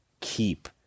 keep